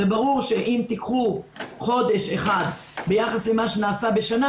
ברור שאם תיקחו חודש אחד ביחס למה שנעשה בשנה